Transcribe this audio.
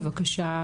בבקשה,